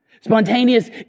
Spontaneous